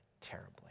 terribly